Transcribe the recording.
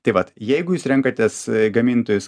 tai vat jeigu jūs renkatės gamintojus